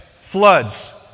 Floods